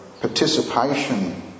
participation